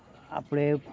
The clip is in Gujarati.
આપણે